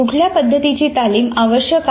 कुठल्या पद्धतीची तालीम आवश्यक आहे